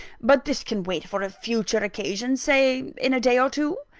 but this can wait for a future occasion say in a day or two.